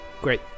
Great